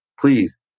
please